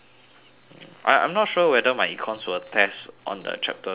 I I'm not sure whether my econs will test on the chapter six though